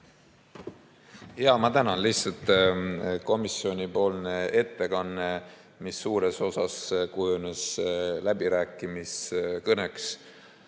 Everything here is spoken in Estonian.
Ma tänan! Lihtsalt komisjonipoolne ettekanne, mis suures osas kujunes läbirääkimiskõneks,